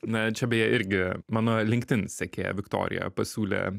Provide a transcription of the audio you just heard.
na čia beje irgi mano linkedin sekėja viktorija pasiūlė